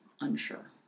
unsure